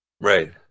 Right